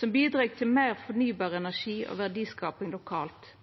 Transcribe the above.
som bidreg til meir fornybar energi og verdiskaping lokalt,